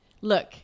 Look